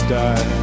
die